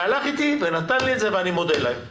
הלך איתי, ונתן לי את זה, ואני מודה להם.